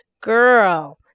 girl